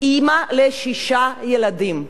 אמא לשישה ילדים.